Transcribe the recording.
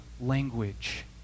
language